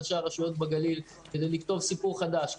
ראשי הרשויות בגליל ואני פועלים מאוד קשה כדי לכתוב סיפור חדש,